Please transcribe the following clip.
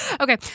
okay